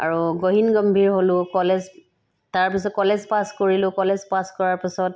আৰু গহীন গম্ভীৰ হ'লোঁ কলেজ তাৰপিছত কলেজ পাছ কৰিলোঁ কলেজ পাছ কৰাৰ পিছত